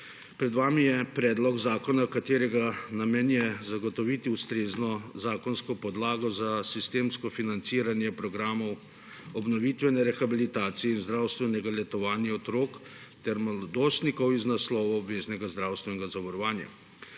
Pred vami je predlog zakona, katerega namen je zagotoviti ustrezno zakonsko podlago za sistemsko financiranje programov obnovitvene rehabilitacije in zdravstvenega letovanja otrok ter mladostnikov iz naslovov obveznega zdravstvenega zavarovanja.